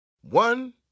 One